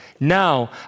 Now